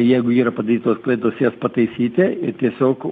jeigu yra padarytos klaidos jas pataisyti ir tiesiog